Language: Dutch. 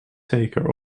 zeker